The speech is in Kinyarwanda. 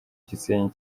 gisenyi